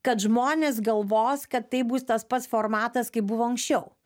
kad žmonės galvos kad tai bus tas pats formatas kaip buvo anksčiau